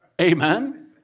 Amen